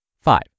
Five